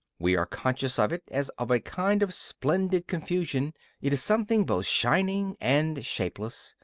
we are conscious of it as of a kind of splendid confusion it is something both shining and shapeless,